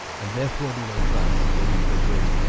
and therefore doe they cry, though you forbid,